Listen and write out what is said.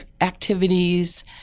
activities